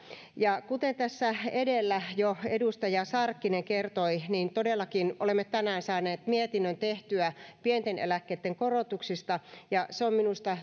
kuten tässä edellä jo edustaja sarkkinen kertoi todellakin olemme tänään saaneet mietinnön tehtyä pienten eläkkeitten korotuksista ja se on minusta